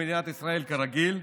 במדינת ישראל, כרגיל,